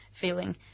feeling